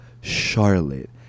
Charlotte